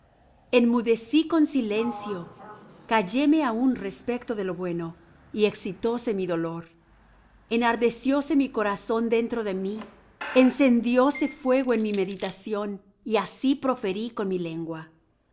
enmudecí con silencio calléme aun respecto de lo bueno y excitóse mi dolor enardecióse mi corazón dentro de mí encendióse fuego en mi meditación y así proferí con mi lengua